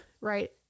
right